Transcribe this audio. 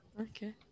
Okay